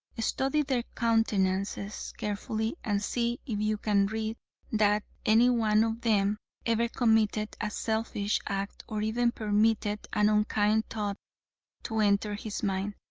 study their countenances carefully and see if you can read that any one of them ever committed a selfish act or even permitted an unkind thought to enter his mind,